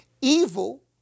Evil